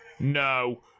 No